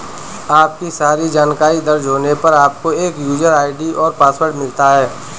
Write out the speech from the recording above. आपकी सारी जानकारी दर्ज होने पर, आपको एक यूजर आई.डी और पासवर्ड मिलता है